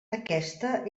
aquesta